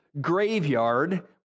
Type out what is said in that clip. graveyard